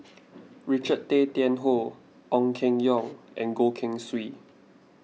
Richard Tay Tian Hoe Ong Keng Yong and Goh Keng Swee